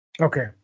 Okay